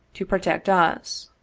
to protect us.